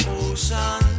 ocean